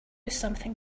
something